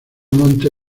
monte